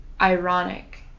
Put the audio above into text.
Ironic